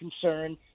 concern